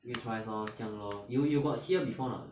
age wise lor 将 lor you you got see her before or not